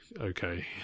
okay